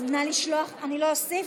אני לא אוסיף,